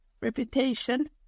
reputation